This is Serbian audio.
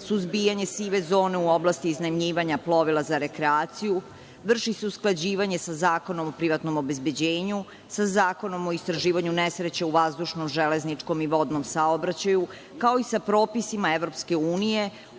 suzbijanje sive zone u oblasti iznajmljivanja plovila za rekreaciju vrši se usklađivanje sa Zakonom o privatnom obezbeđenju, sa Zakonom o istraživanju nesreće u vazdušno-železničkom i vodnom saobraćaju kao i sa propisima EU,